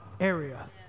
area